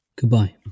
Goodbye